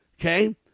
okay